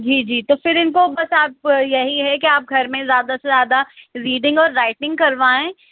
جی جی تو پھر ان کو بس آپ یہی ہے کہ آپ گھر میں زیادہ سے زیادہ ریڈنگ اور رائٹنگ کروائیں